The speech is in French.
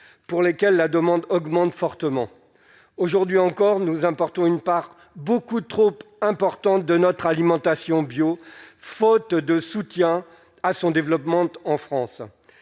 pour lesquels la demande augmente fortement, aujourd'hui encore, nous importons une part beaucoup trop importante de notre alimentation bio, faute de soutien à son développement en France,